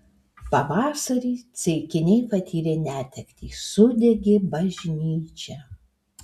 pavasarį ceikiniai patyrė netektį sudegė bažnyčia